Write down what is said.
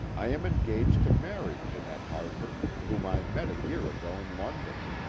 i am engaged to marry janette harford, whom i met a year ago in london.